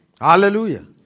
Hallelujah